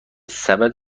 سبد